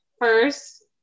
first